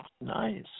nice